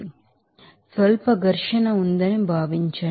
కాబట్టి స్వల్ప ఫ్రిక్షన్ ఉందని భావించండి